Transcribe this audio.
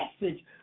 message